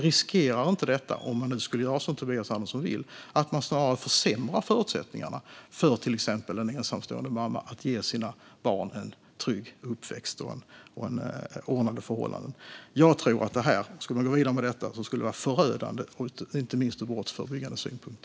Riskerar inte detta, om man nu skulle göra som Tobias Andersson vill, att man snarare försämrar förutsättningarna för till exempel en ensamstående mamma att ge sina barn en trygg uppväxt och ordnade förhållanden? Om man skulle gå vidare med detta skulle det vara förödande, inte minst ur brottsförebyggande synpunkt.